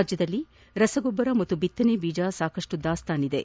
ರಾಜ್ಯದಲ್ಲಿ ರಸಗೊಬ್ಬರ ಹಾಗೂ ಬಿತ್ತನೆ ಬೀಜ ಸಾಕಷ್ಟು ದಾಸ್ತಾನು ಇದೆ